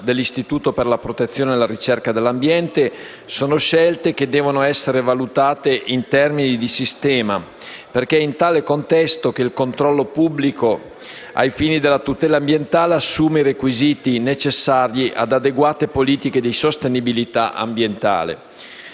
dell'Istituto superiore per la protezione e la ricerca ambientale, sono scelte che devono essere valutate in termini di sistema, perché è in tale contesto che il controllo pubblico ai fini della tutela ambientale assume i requisiti necessari ad adeguate politiche di sostenibilità ambientale.